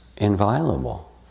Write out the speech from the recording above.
inviolable